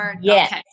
Yes